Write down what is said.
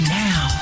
now